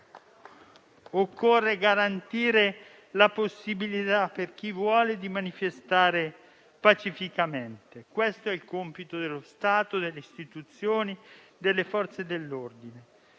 Occorre garantire la possibilità, per chi vuole, di manifestare pacificamente. Questo è il compito dello Stato, delle Istituzioni e delle Forze dell'ordine,